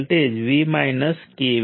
IN 1ના negative સરવાળા તરીકે લખી શકાય છે